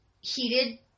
heated